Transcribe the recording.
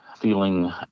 feeling